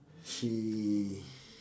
she's